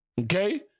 Okay